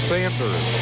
Sanders